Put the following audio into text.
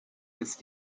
ist